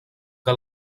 que